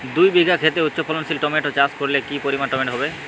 দুই বিঘা খেতে উচ্চফলনশীল টমেটো চাষ করলে কি পরিমাণ টমেটো হবে?